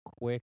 quick